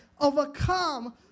overcome